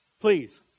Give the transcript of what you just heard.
Please